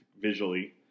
visually